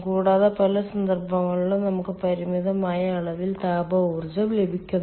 കൂടാതെ പല സന്ദർഭങ്ങളിലും നമുക്ക് പരിമിതമായ അളവിൽ താപ ഊർജ്ജം ലഭിക്കുന്നു